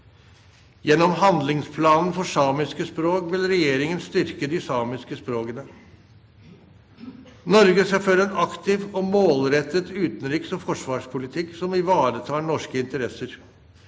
Gjennom handlingsplanen for samiske språk vil regjeringen styrke de samiske språkene. Norge skal føre en aktiv og målrettet utenriks- og forsvarspolitikk som ivaretar norske interesser.